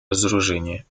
разоружения